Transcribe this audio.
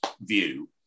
view